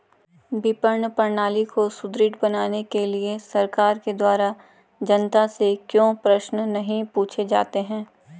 विपणन प्रणाली को सुदृढ़ बनाने के लिए सरकार के द्वारा जनता से क्यों प्रश्न नहीं पूछे जाते हैं?